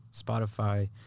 Spotify